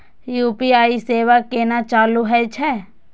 UPI सेवा केना चालू है छै?